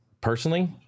personally